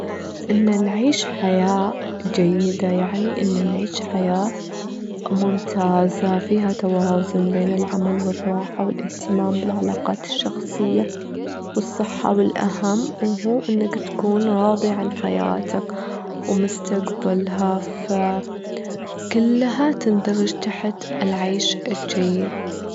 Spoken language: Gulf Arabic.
إن نعيش حياة جيدة يعني، إنا نعيش حياة ممتازة فيها توازن بين العمل والراحة والإهتمام بالعلاقات الشخصية والصحة، والأهم هو إنك تكون راضي عن حياتك ومستجبلها، كلها تندرج تحت العيش الجيد.